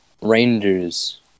Rangers